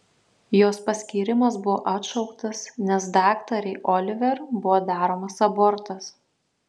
jos paskyrimas buvo atšauktas nes daktarei oliver buvo daromas abortas